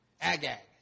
Agag